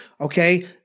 Okay